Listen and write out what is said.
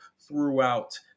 throughout